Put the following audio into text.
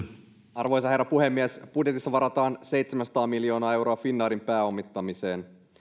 arvoisa herra puhemies budjetissa varataan seitsemänsataa miljoonaa euroa finnairin pääomittamiseen